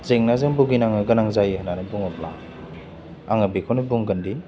जेंनाजों भुगिनांनो गोनां जायो होन्नानै बुङोब्ला आङो बेखौनो बुंगोन दि